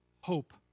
hope